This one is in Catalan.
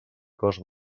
cost